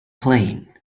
plane